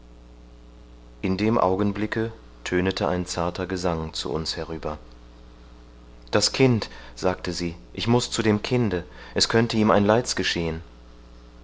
in diesem augenblicke tönete ein zarter gesang zu uns herüber das kind sagte sie ich muß zu dem kinde es könnte ihm ein leids geschehen